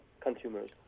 consumers